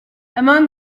among